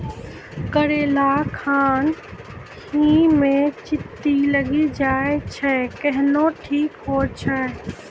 करेला खान ही मे चित्ती लागी जाए छै केहनो ठीक हो छ?